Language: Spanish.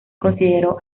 consideró